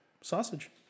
Sausage